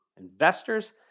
Investors